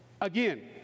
Again